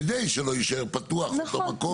כדי שלא יישאר פתוח במקום,